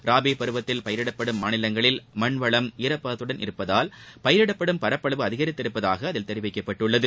ராபி பருவத்தில் பயிரிடப்படும் மாநிலங்களில் மண் வளம் ஈரப்பதத்துடன் இருப்பதால் பயிரிடப்படும் பரப்பளவு அதிகரித்துள்ளதாக அதில் குறிப்பிடப்பட்டுள்ளது